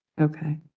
Okay